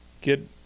get